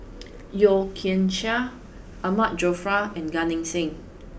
Yeo Kian Chai Ahmad Jaafar and Gan Eng Seng